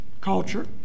culture